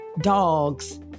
dogs